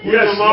Yes